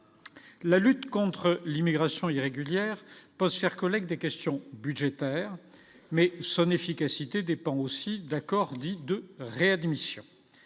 la lutte contre l'immigration irrégulière poste collègues des questions budgétaires, mais son efficacité dépend aussi d'accords dits de réadmission,